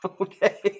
okay